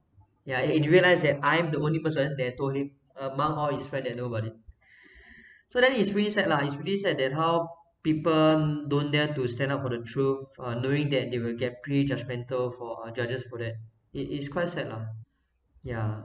yeah and he realised that I'm the only person that told him among all his friend that know about it so then he's really sad lah he's really sad that how people don't dare to stand up for the truth uh knowing that they will get pre-judgmental for uh judges for that it it's quite sad lah ya